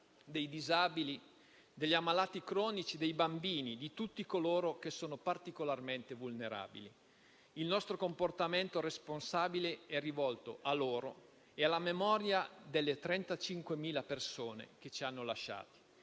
dei disabili, degli ammalati cronici, dei bambini e di tutti coloro che sono particolarmente vulnerabili. Il nostro comportamento responsabile è rivolto a loro e alla memoria delle 35.000 persone, che ci hanno lasciato.